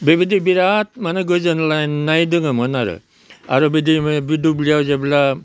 बेबिदि बेराद माने गोजोनलाननाय दोङोमोन आरो आरो बिदि बे दुब्लियाव जेब्ला